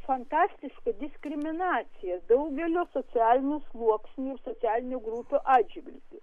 fantastiškai diskriminacija daugelio socialinių sluoksnių socialinių grupių atžvilgiu